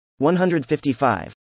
155